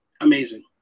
amazing